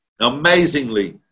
Amazingly